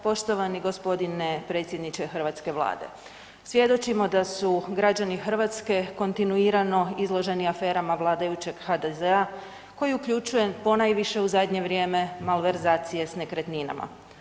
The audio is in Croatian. Poštovani g. predsjedniče hrvatske vlade, svjedočimo da su građani Hrvatske kontinuirano izloženi aferama vladajućeg HDZ-a koji uključuje ponajviše u zadnje vrijeme malverzacije s nekretninama.